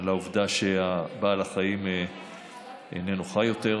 העובדה שבעל החיים איננו חי יותר.